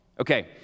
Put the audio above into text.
Okay